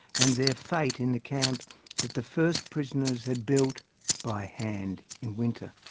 and their fate in the camp that the first prisoners had built by hand in winter.